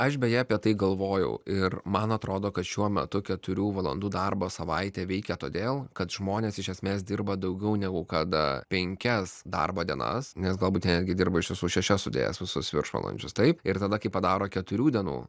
aš beje apie tai galvojau ir man atrodo kad šiuo metu keturių valandų darbo savaitė veikia todėl kad žmonės iš esmės dirba daugiau negu kada penkias darbo dienas nes galbūt netgi dirbo ištiesų šešias sudėjus visus viršvalandžius taip ir tada kai padaro keturių dienų